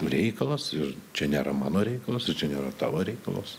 reikalas ir čia nėra mano reikalas ir čia nėra tavo reikalus